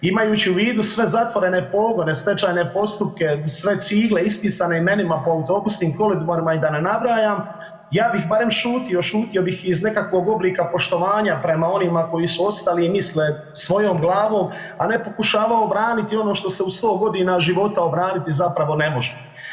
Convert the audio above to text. Imajući u vidu sve zatvorene pogone, stečajne postupke, sve cigle ispisane imenima po autobusnim kolodvorima i da ne nabrajam, ja bih barem šutio, šutio bih iz nekakvog oblika poštovanja prema onima koji su ostali i misle svojom glavom, a ne pokušavao braniti ono što se u 100.g. života obraniti zapravo ne može.